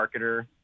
marketer